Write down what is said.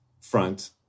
front